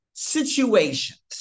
situations